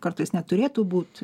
kartais net turėtų būt